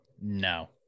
No